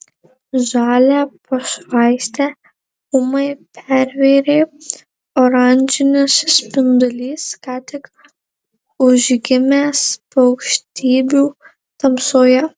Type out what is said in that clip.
žalią pašvaistę ūmai pervėrė oranžinis spindulys ką tik užgimęs aukštybių tamsoje